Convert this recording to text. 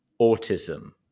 autism